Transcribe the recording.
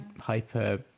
hyper